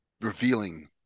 revealing